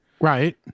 right